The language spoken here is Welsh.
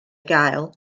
gael